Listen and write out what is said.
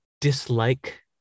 dislike